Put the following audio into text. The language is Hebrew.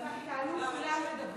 לדבר.